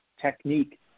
technique